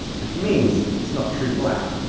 which means it's not true black.